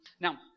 Now